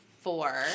four